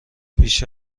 بیش